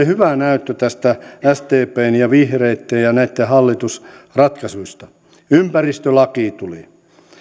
hyvä näyttö tästä sdpn ja vihreitten ja näitten hallitusratkaisuista ympäristölaki tuli